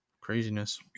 craziness